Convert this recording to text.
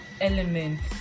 elements